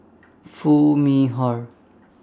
Foo Mee Har